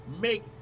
make